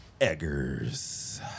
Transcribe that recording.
Eggers